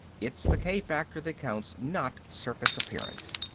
it's the k-factor that counts, not surface appearance.